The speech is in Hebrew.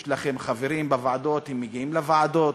יש לכם חברים בוועדות, הם מגיעים לוועדות.